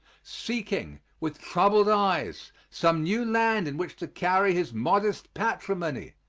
seeking, with troubled eyes, some new land in which to carry his modest patrimony,